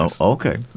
Okay